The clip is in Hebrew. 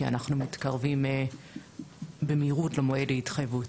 כי אנחנו מתקרבים במהירות למועד ההתחייבות.